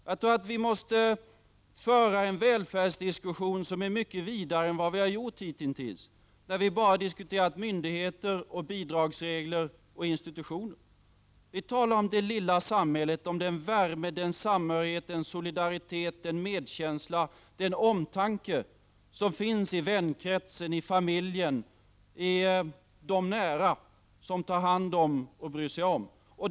Jag tror att vi måste föra en mycket vidare välfärdsdiskussion än vi fört hittills, när vi bara diskuterat myndigheter, bidragsregler och institutioner. Vi talar om det lilla samhället, om den värme, den samhörighet, den solidaritet, den medkänsla, den omtanke som finns i vänkretsen, i familjen, i de närstående som tar hand om och bryr sig om.